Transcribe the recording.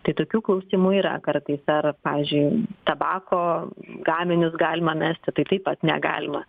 tai tokių klausimų yra kartais ar pavyzdžiui tabako gaminius galima mesti tai taip pat negalima